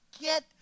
get